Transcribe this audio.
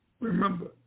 remember